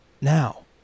Now